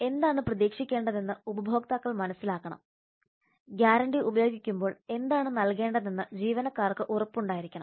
എന്താണ് പ്രതീക്ഷിക്കേണ്ടതെന്ന് ഉപഭോക്താക്കൾ മനസ്സിലാക്കണം ഗ്യാരണ്ടി ഉപയോഗിക്കുമ്പോൾ എന്താണ് നൽകേണ്ടതെന്ന് ജീവനക്കാർക്ക് ഉറപ്പുണ്ടായിരിക്കണം